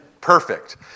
perfect